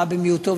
הרע במיעוטו,